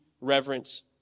reverence